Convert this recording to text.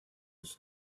its